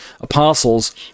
apostles